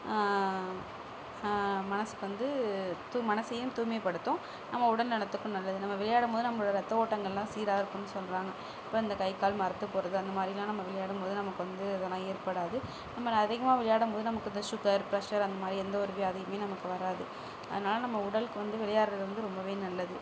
மனசுக்கு வந்து தூ மனசையும் தூய்மைப்படுத்தும் நம்ம உடல் நலத்துக்கும் நல்லது நம்ம விளையாடும்போது நம்மளோட ரத்த ஒட்டாங்கள் எல்லாம் சீராக இருக்குன்னு சொல்லுறாங்க இப்போ இந்த கை கால் மரத்து போகறது அந்த மாதிரிலாம் நம்ம விளையாடும்போது நமக்கு வந்து இதெல்லாம் ஏற்படாது நம்மளை அதிகமாக விளையாடும்போது நமக்கு இந்த ஷுகர் பிரெஷர் அந்த மாதிரி எந்த ஒரு வியாதியுமே நமக்கு வராது அதனால நம்ம உடலுக்கு வந்து விளையாட்றது வந்து ரொம்பவே நல்லது